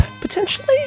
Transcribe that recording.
potentially